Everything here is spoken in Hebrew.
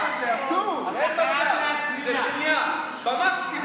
זאת שנייה במקסימום.